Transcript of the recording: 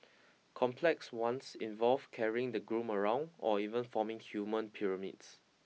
complex ones involve carrying the groom around or even forming human pyramids